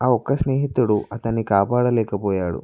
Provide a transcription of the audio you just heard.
ఆ ఒక్క స్నేహితుడు అతన్ని కాపాడలేకపోయాడు